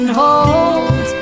hold